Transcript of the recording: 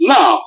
Now